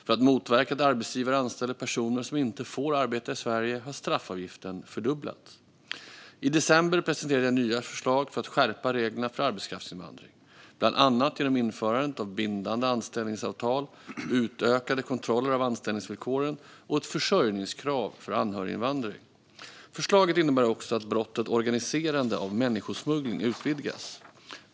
För att motverka att arbetsgivare anställer personer som inte får arbeta i Sverige har straffavgiften fördubblats. I december presenterade jag nya förslag för att skärpa reglerna för arbetskraftsinvandring, bland annat genom införande av bindande anställningsavtal, utökade kontroller av anställningsvillkoren och ett försörjningskrav för anhöriginvandring. Förslaget innebär också att brottet organiserande av människosmuggling utvidgas.